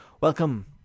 welcome